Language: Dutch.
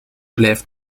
blijft